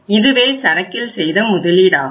இதுவே சரக்கில் செய்த முதலீடாகும்